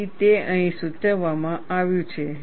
તેથી તે અહીં સૂચવવામાં આવ્યું છે